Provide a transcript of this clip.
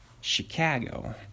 Chicago